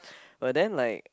but then like